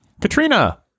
Katrina